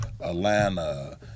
Atlanta